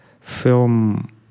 film